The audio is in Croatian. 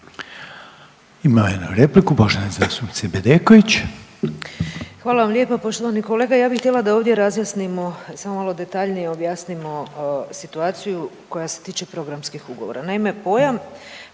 Imamo jednu repliku, poštovane zastupnice Bedeković. **Bedeković, Vesna (HDZ)** Hvala vam lijepa poštovani kolega. Ja bih htjela da ovdje razjasnimo samo malo detaljnije objasnimo situacija koja se tiče programskih ugovora. Naime, pojam